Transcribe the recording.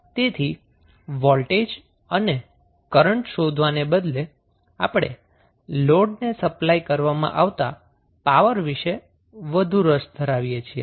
તેથી વોલ્ટેજ અને કરન્ટ શોધવાને બદલે આપણે લોડને સપ્લાય કરવામાં આવતાં પાવર વિષે વધુ રસ ધરાવીએ છીએ